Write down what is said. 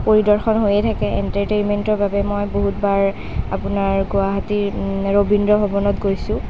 পৰিদৰ্শন হৈয়েই থাকে এনটাৰটেইনমেণ্টৰ বাবে মই বহুতবাৰ আপোনাৰ গুৱাহাটীৰ ৰবীন্দ্ৰ ভৱনত গৈছোঁ